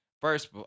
First